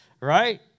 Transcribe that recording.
right